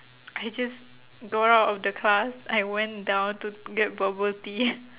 I just got out of the class I went down to get bubble tea